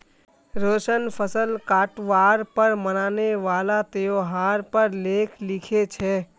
रोशन फसल काटवार पर मनाने वाला त्योहार पर लेख लिखे छे